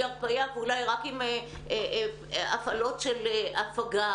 הרפיה ואולי רק עם הפעלות של הפגה.